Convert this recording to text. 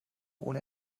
ohne